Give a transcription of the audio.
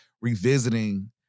revisiting